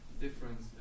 difference